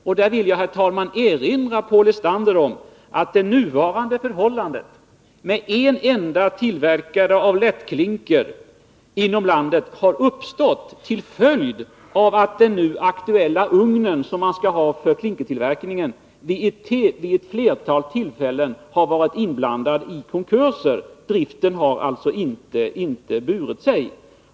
Jag vill, herr talman, erinra Paul Lestander om att det nuvarande förhållandet — en enda tillverkare av lättklinker i landet — har uppstått till följd av att företaget med den aktuella ugnen för klinkertillverkningen vid ett flertal tillfällen varit inblandat i konkurs. Driften har alltså inte burit sig.